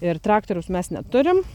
ir traktoriaus mes neturim